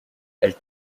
elle